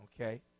Okay